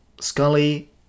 Scully